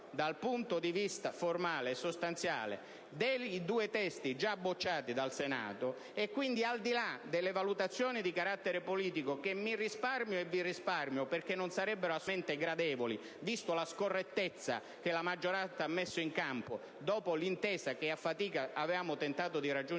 dal punto di vista formale e sostanziale è l'esatta riproduzione dei due testi già bocciati dal Senato. Pertanto, al di là delle valutazioni di carattere politico, che mi risparmio e vi risparmio, perché non sarebbero assolutamente gradevoli, vista la scorrettezza che la maggioranza ha messo in campo dopo l'intesa che a fatica avevamo tentato di raggiungere